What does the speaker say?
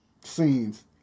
scenes